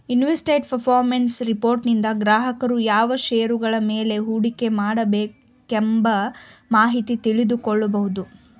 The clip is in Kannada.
ಇನ್ವೆಸ್ಟ್ಮೆಂಟ್ ಪರ್ಫಾರ್ಮೆನ್ಸ್ ರಿಪೋರ್ಟನಿಂದ ಗ್ರಾಹಕರು ಯಾವ ಶೇರುಗಳ ಮೇಲೆ ಹೂಡಿಕೆ ಮಾಡಬೇಕದ ಮಾಹಿತಿ ತಿಳಿದುಕೊಳ್ಳ ಕೊಬೋದು